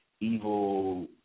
evil